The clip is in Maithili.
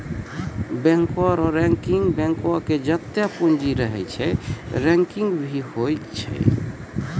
बैंको रो रैंकिंग बैंको मे जत्तै पूंजी रहै छै रैंकिंग भी होय छै